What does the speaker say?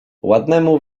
ładnemu